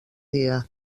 dia